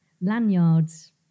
lanyards